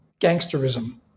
gangsterism